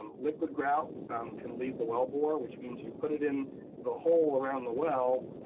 um liquid grout can leave the well bore, which means you put it in the hole around the well,